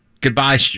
Goodbye